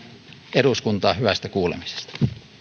eduskuntaa hyvästä kuulemisesta